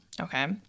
Okay